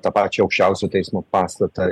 tą pačią aukščiausio teismo pastatą